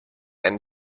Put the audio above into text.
einen